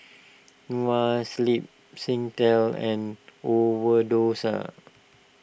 Noa Sleep Singtel and Overdose